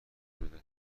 بده